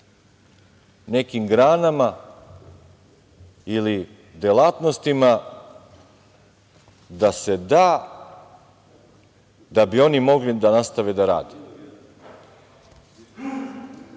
nekim granama ili delatnostima da se da, da bi oni mogli da nastave da rade.